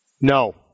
No